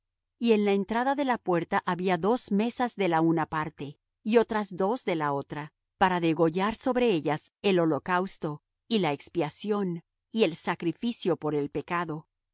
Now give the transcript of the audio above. y en la entrada de la puerta había dos mesas de la una parte y otras dos de la otra para degollar sobre ellas el holocausto y la expiación y el sacrificio por el pecado